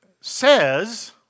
says